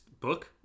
book